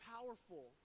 powerful